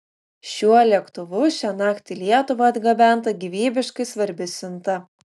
šiuo lėktuvu šiąnakt į lietuvą atgabenta gyvybiškai svarbi siunta